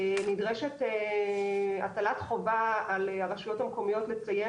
נדרשת הטלת חובה על הרשויות המקומיות לציין